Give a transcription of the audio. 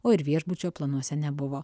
o ir viešbučio planuose nebuvo